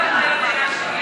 הזה.